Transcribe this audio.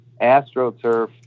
AstroTurf